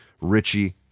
Richie